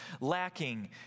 lacking